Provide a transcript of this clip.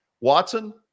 Watson